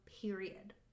period